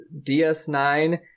DS9